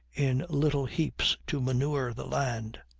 in little heaps to manure the land.